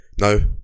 No